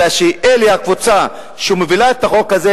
אלא שהקבוצה שמובילה את החוק הזה,